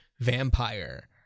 vampire